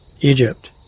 Egypt